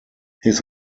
his